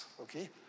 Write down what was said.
okay